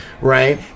right